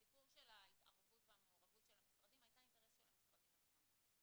הסיפור של המעורבות וההתערבות של המשרדים היתה אינטרס של המשרדים עצמם.